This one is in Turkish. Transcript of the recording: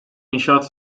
inşaat